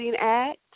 act